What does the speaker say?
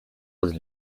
was